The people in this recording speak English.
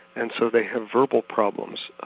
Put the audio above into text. and so they have verbal problems,